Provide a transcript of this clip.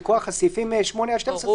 מכוח סעיפים 8 עד 12,